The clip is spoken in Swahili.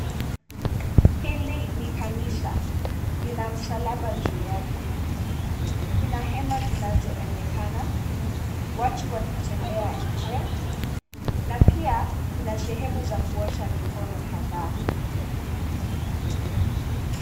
Hili ni kanisa lina msalaba juu yake kuna hema zinazoonekana watu wakitembea nje na pia kuna sehemu za kuosha mkono kadhaa.